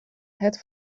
het